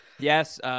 Yes